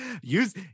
use